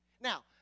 Now